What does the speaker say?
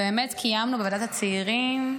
ובאמת קיימנו בוועדת הצעירים,